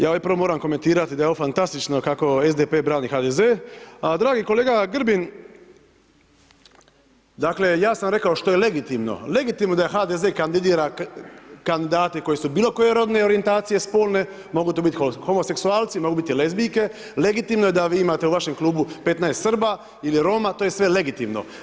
Ja prvo moram komentirati da je ovo fantastično kako SDP brani HDZ, a dragi kolega, Grbin, dakle, ja sam rekao što je legitimno, legitimno da HDZ kandidira kandidat koje su bilo koje rodne orijentacije, spolne, mogu to biti homoseksualci, mobu biti lezbijke, legitimno je da vi imate u vašem klubu 15 Srba ili Roma, to je sve legitimno.